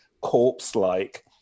corpse-like